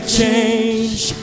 change